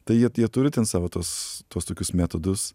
tai jie jie turi ten savo tuos tuos tokius metodus